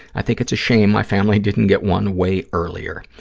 i think it's a shame my family didn't get one way earlier.